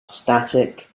static